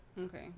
Okay